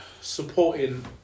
supporting